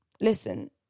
Listen